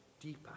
deeper